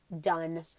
done